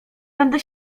będę